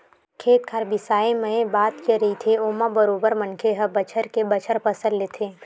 खेत खार बिसाए मए बात के रहिथे ओमा बरोबर मनखे ह बछर के बछर फसल लेथे